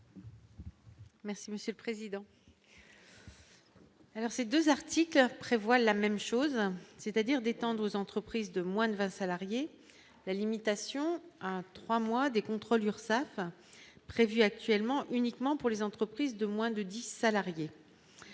Merci monsieur le président.